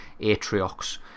atriox